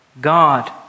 God